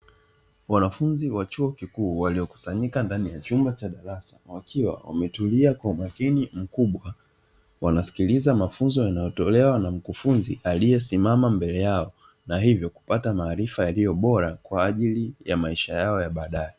Wanafunzi wa chuo kikuu waliokusanyika ndani ya chumba cha darasa wakiwa wametulia kwa umakini mkubwa, wanasikiliza mafunzo yanayotolewa na mkufunzi aliyesimama mbele yao, na hivyo kupata maarifa yaliyo bora, kwa ajili ya maisha yao ya badae.